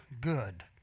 good